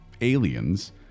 aliens